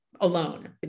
alone